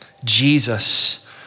Jesus